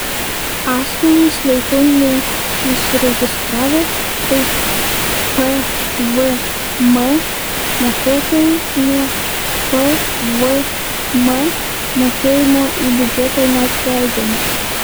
asmenys laiku neįsiregistravę kaip pvm mokėtojai nuo pvm mokėjimo į biudžetą neatleidžiami